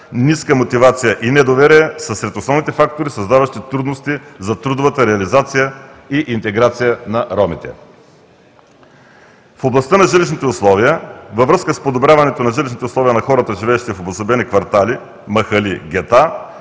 ниска мотивация и недоверие, са сред основните фактори, създаващи трудности за трудовата реализация и интеграция на ромите. В областта на жилищните условия. Във връзка с подобряването на жилищната условия на хората, живеещи в обособени квартали, махали, гета